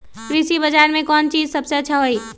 कृषि बजार में कौन चीज सबसे अच्छा होई?